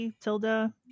Tilda